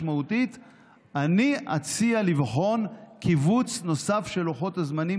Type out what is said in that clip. אני אציע לבחון כיווץ נוסף של לוחות הזמנים,